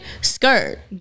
skirt